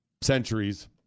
centuries